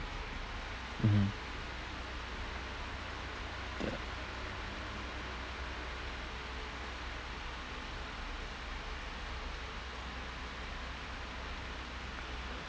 mmhmm ya